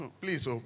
Please